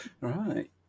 Right